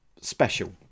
special